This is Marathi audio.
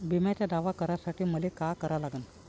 बिम्याचा दावा करा साठी मले का करा लागन?